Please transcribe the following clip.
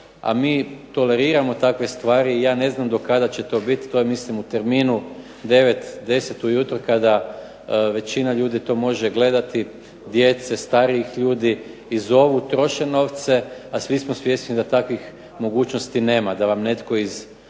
a mi toleriramo takve stvari i ja ne znam do kada će to biti, to je mislim u terminu 9, 10 sati ujutro kada većina ljudi to može gledati djece, starijih ljudi i zovu, troše novce a svi smo svjesni da takvih mogućnosti nema da vam netko iz